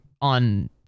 on